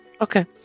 Okay